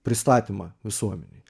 pristatymą visuomenei